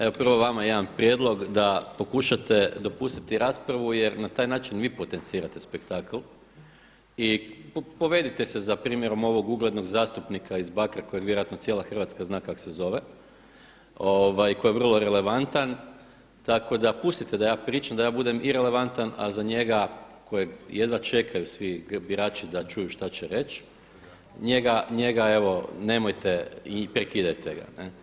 Evo prvo vama jedan prijedlog da pokušate dopustiti raspravu jer na taj način vi potencirate spektakl i povedite se za primjerom ovog uglednog zastupnika iz Bakra kojeg vjerojatno cijela Hrvatska zna kako se zove, koje je vrlo relevantan tako da pustite da ja pričam, da ja budem i relevantan a za njega kojeg jedva čekaju svi birači da čuju šta će reći njega evo nemojte i prekidajte ga.